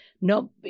no